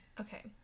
okay